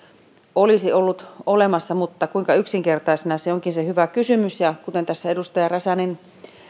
olisi ollut olemassa mutta kuinka yksinkertaisena niin se onkin se hyvä kysymys ja kuten tässä edustaja räsänen